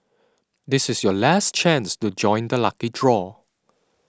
this is your last chance to join the lucky draw